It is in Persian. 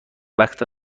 وقت